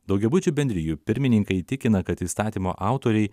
daugiabučių bendrijų pirmininkai tikina kad įstatymo autoriai